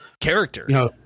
character